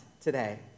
today